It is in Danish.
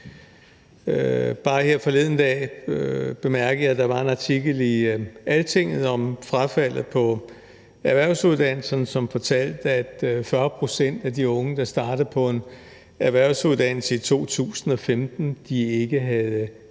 Bare her forleden dag bemærkede jeg, at der var en artikel i Altinget om frafaldet på erhvervsuddannelserne, som fortalte, at 40 pct. af de unge, der startede på en erhvervsuddannelse i 2015, ikke har